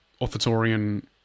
authoritarian